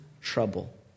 trouble